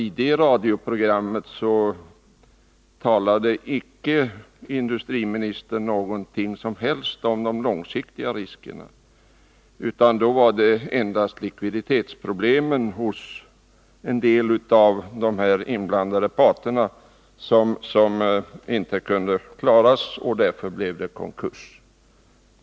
I det radioprogrammet sade industriministern icke något som helst om de långsiktiga riskerna, utan då var det endast fråga om att likviditetsproblemen hos en del av de inblandade parterna inte kunde klaras och att det därför blev konkurs.